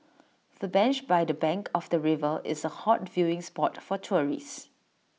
the bench by the bank of the river is A hot viewing spot for tourists